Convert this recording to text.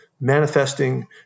manifesting